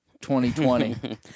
2020